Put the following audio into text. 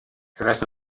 resto